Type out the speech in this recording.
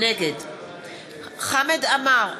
נגד חמד עמאר,